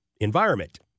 environment